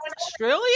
Australia